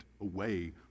away